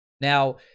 Now